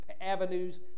avenues